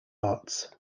arts